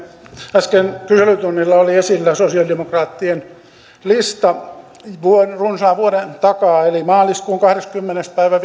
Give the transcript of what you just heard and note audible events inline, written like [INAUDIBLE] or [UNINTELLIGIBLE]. äsken kyselytunnilla oli esillä sosialidemokraattien lista runsaan vuoden takaa eli maaliskuun kahdeskymmenes päivä [UNINTELLIGIBLE]